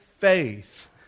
Faith